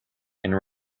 and